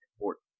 important